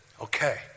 okay